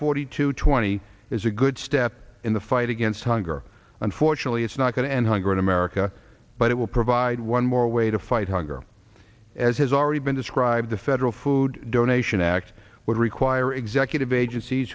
forty two twenty is a good step in the fight against hunger unfortunately it's not going to end hunger in america but it will provide one more way to fight hunger as has already been described the federal food donation act would require executive agencies